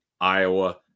Iowa